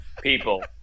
People